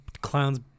clowns